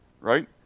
Right